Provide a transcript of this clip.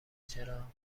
چرا